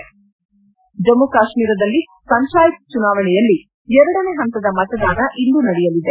head Jammu ಕಾಶ್ವೀರದಲ್ಲಿ ಪಂಚಾಯತ್ ಚುನಾವಣೆಯಲ್ಲಿ ಎರಡನೇ ಹಂತದ ಮತದಾನ ಇಂದು ನಡೆಯಲಿದೆ